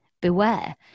beware